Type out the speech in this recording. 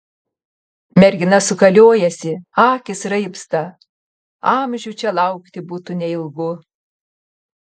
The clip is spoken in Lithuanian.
mergina sukaliojasi akys raibsta amžių čia laukti būtų neilgu